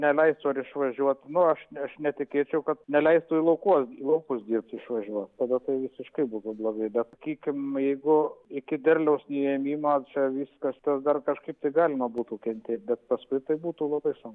neleistų ar išvažiuot nu aš ne aš netikėčiau kad neleistų laukuos laukus dirbt išvažiuot tada tai visiškai būtų blogai bet sakykim jeigu iki derliaus nuėmimo čia viskas tas dar kažkaip galima būtų kentėt bet paskui tai būtų labai sunku